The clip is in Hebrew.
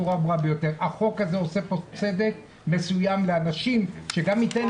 החוק הזה עושה פה צדק מסוים לאנשים שגם ייתן